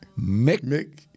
Mick –